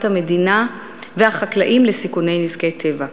המדינה והחקלאים לסיכוני נזקי טבע.